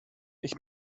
ich